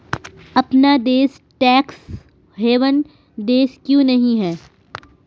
अपना देश tax haven देश क्यों नहीं है?